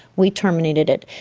we terminated it.